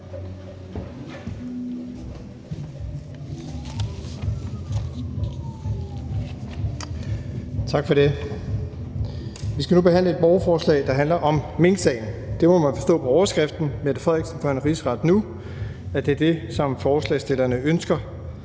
Tak for det. Vi skal nu behandle et borgerforslag, der handler om minksagen. Man må forstå på overskriften, hvori der står »Mette Frederiksen for en rigsret nu«, at det, som forslagsstillerne ønsker,